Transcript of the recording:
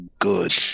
good